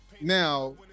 now